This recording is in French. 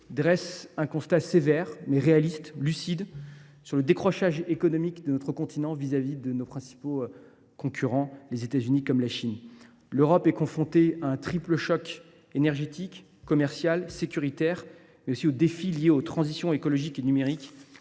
dresse un constat sévère, mais réaliste et lucide, du décrochage économique européen vis à vis de nos principaux concurrents, les États Unis et la Chine. L’Europe est confrontée à un triple choc énergétique, commercial et sécuritaire, mais aussi aux défis liés aux transitions écologique et numérique